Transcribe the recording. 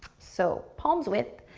so, palm's width.